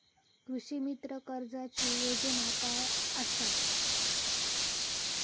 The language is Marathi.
कृषीमित्र कर्जाची योजना काय असा?